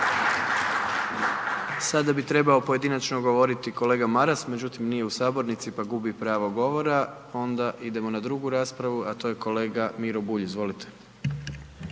Sada bi trebao pojedinačno govoriti kolega Maras međutim nije u sabornici pa gubi pravo govora. Onda idemo na drugu raspravu a to je kolega Miro Bulj, izvolite.